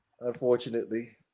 unfortunately